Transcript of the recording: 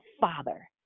Father